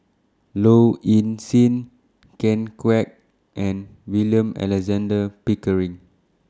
Low Ing Sing Ken Kwek and William Alexander Pickering